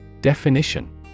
Definition